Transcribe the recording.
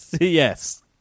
Yes